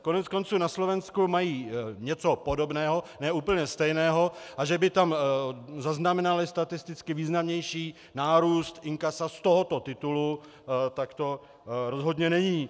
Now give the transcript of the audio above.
Koneckonců na Slovensku mají něco podobného, ne úplně stejného, a že by tam zaznamenali statisticky významnější nárůst inkasa z tohoto titulu, tak to rozhodně není.